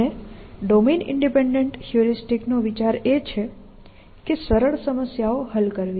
અને domain independent heuristic નો વિચાર એ છે કે સરળ સમસ્યાઓ હલ કરવી